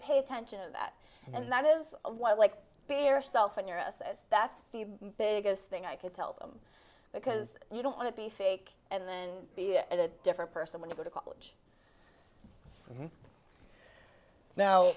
pay attention to that and that is why i like beer self interest as that's the biggest thing i could tell them because you don't want to be fake and then be at a different person when you go to college now